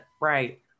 Right